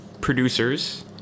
producers